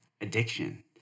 Addiction